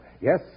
Yes